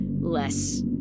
less